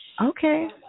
okay